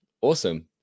awesome